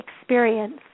experience